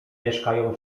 mieszkają